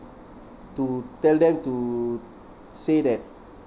to tell them to say that